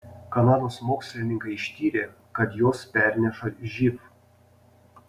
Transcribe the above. kanados mokslininkai ištyrė kad jos perneša živ